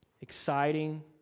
exciting